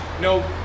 no